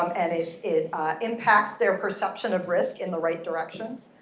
um and it it impacts their perception of risk in the right direction,